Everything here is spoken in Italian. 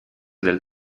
del